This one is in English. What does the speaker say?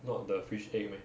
not the fish egg meh